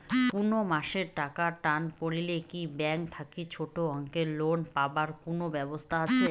কুনো মাসে টাকার টান পড়লে কি ব্যাংক থাকি ছোটো অঙ্কের লোন পাবার কুনো ব্যাবস্থা আছে?